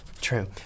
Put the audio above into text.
True